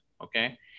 okay